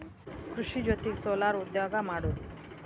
ಕೃಷಿ ಜೊತಿಗೆ ಸೊಲಾರ್ ಉದ್ಯೋಗಾ ಮಾಡುದು